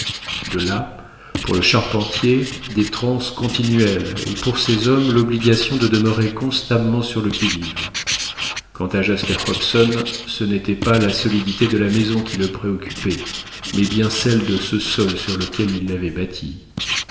de là pour le charpentier des transes continuelles et pour ses hommes l'obligation de demeurer constamment sur le qui-vive quant à jasper hobson ce n'était pas la solidité de la maison qui le préoccupait mais bien celle de ce sol sur lequel il l'avait bâtie